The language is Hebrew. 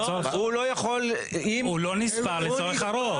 הוא לא נספר לצורך הרוב.